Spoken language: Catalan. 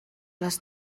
les